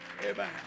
amen